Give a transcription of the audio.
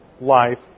life